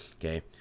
Okay